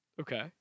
Okay